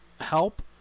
help